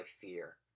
fear